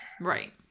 Right